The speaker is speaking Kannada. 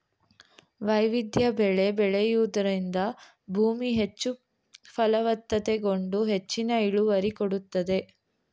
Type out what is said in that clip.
ವೈವಿಧ್ಯ ಬೆಳೆ ಬೆಳೆಯೂದರಿಂದ ಭೂಮಿ ಹೆಚ್ಚು ಫಲವತ್ತತೆಗೊಂಡು ಹೆಚ್ಚಿನ ಇಳುವರಿ ಕೊಡುತ್ತದೆ